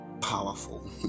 powerful